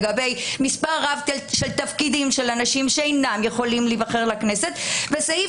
לגבי מספר רב של תפקידים של אנשים שאינם יכולים להיבחר לכנסת וסעיף